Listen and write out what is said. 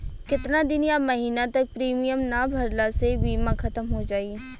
केतना दिन या महीना तक प्रीमियम ना भरला से बीमा ख़तम हो जायी?